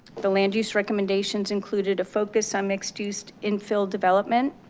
the land use recommendations included a focus on mixed use infill development,